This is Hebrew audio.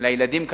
לילדים כמובן,